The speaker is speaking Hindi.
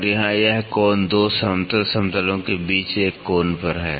और यहाँ यह कोण 2 समतल समतलों के बीच एक कोण पर है